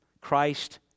Christ